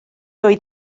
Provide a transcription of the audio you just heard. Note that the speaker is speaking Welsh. oedd